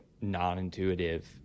non-intuitive